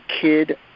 kid